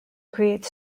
create